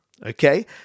okay